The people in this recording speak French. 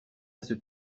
restent